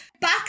Back